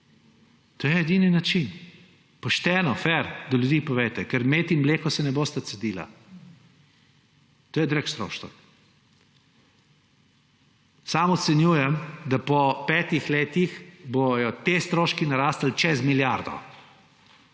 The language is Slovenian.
To je edini način, pošteno, fer do ljudi, povejte, ker med in mleko se ne bosta cedila. To je drag strošek. Sam ocenjujem, da po petih letih bodo ti stroški narasli čez milijardo.